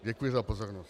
Děkuji za pozornost.